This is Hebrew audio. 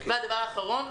הדבר האחרון,